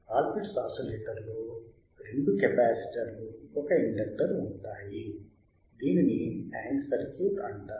call pits ఆసిలేటర్లో రెండు కెపాసిటర్లు ఒక ఇండక్టర్ ఉంటాయి దీనిని ట్యాంక్ సర్క్యూట్ అంటారు